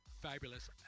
fabulous